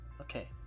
Okay